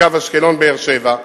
בקו אשקלון באר-שבע,